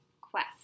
quest